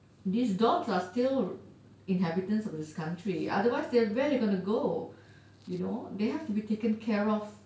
these dogs are still inhabitants of this country otherwise where are they going to go they have to be taken care of